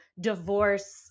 divorce